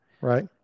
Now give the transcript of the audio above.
Right